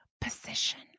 position